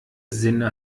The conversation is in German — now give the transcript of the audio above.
sinne